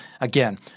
again